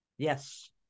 Yes